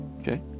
Okay